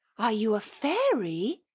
are you a fairy?